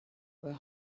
were